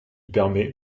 permet